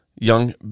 young